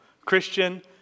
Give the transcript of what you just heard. Christian